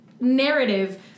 narrative